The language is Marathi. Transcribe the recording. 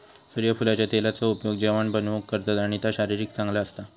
सुर्यफुलाच्या तेलाचा उपयोग जेवाण बनवूक करतत आणि ता शरीराक चांगला असता